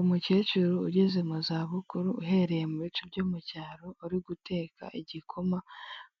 Umukecuru ugeze mu zabukuru uherereye mu bice byo mu cyaro, uri guteka igikoma